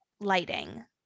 lighting